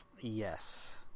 Yes